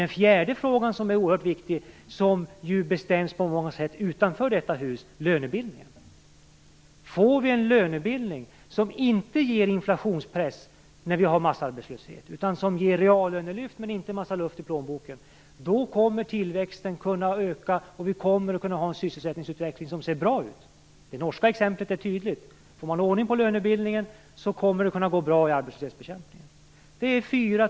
Den fjärde frågan är också oerhört viktig. Den bestäms på många sätt utanför detta hus. Det är lönebildningen. Får vi en lönebildning som inte ger inflationspress när vi har massarbetslöshet, utan reallönelyft och inte en massa luft i plånboken, kommer tillväxten att öka. Vi får också en sysselsättningsutveckling som ser bra ut. Det norska exemplet är tydligt. Får man ordning på lönebildningen kommer arbetslöshetsbekämpningen att gå bra.